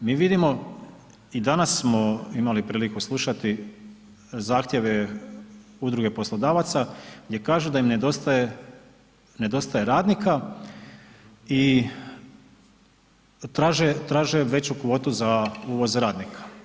Mi vidimo, i danas smo imali priliku slušati zahtjeve udruge poslodavaca gdje kažu da im nedostaje radnika i traže veću kvotu za uvoz radnika.